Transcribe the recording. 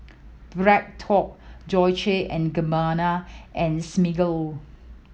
Bread Talk Dolce and Gabbana and Smiggle